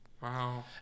Wow